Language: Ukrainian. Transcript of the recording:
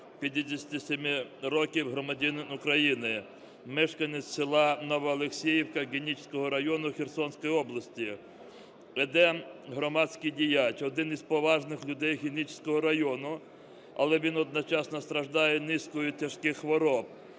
57 років, громадянин України, мешканець села Новоолексіївка Генічеського району Херсонської області. Едем – громадський діяч, один із поважних людей Генічеського району, але він одночасно страждає низкою тяжких хвороб: